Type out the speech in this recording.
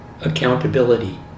accountability